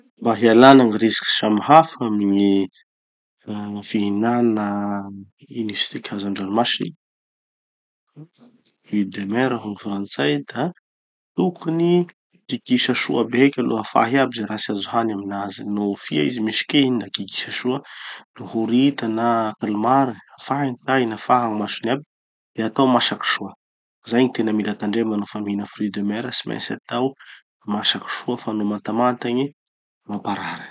Mba hialana gny risiky samy hafa amy gny, uhm fihinana ino izy tiky, hazan-dranomasy, fruits de mer hoy gny frantsay da tokony kikisa soa aby aheko aloha, afahy aby ze raha tsy azo hany aminazy. No fia izy misy kihina da kikisa soa, no horita na calmar afaha gny tainy afaha gny masony aby, de atao masaky soa. Zay gny tena mila tandrema nofa mihina fruits de mer. Tsy maintsy atao masaky soa fa no mantamanta igny, mamparary.